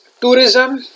tourism